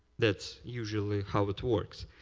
that's usually how it works.